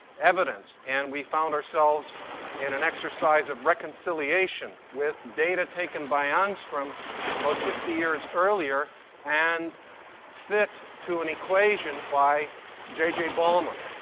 and we found ourselves in an exercise of reconciliation with data taken by angstrom about fifty years earlier and fit to an equation by j j. balmer.